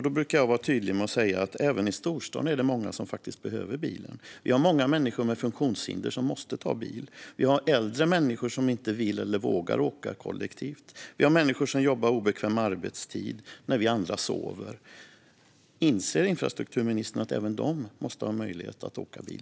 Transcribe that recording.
Jag brukar då vara tydlig med att det också i storstan faktiskt är många som behöver bilen. Vi har många människor med funktionshinder som måste ta bilen, och vi har äldre människor som inte vill eller vågar åka kollektivt. Vi har människor som jobbar obekväm arbetstid, när vi andra sover. Inser infrastrukturministern att även de måste ha möjlighet att åka bil?